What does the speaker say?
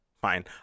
fine